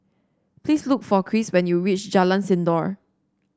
please look for Cris when you reach Jalan Sindor